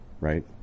right